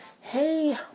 Hey